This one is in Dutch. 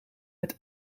het